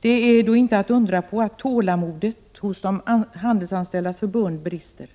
Det är då inte att undra på att tålamodet hos Handelsanställdas förbund brister.